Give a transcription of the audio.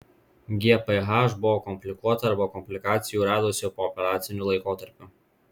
gph buvo komplikuota arba komplikacijų radosi pooperaciniu laikotarpiu